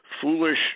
foolish